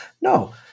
no